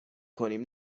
کنیم